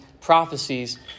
prophecies